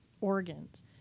organs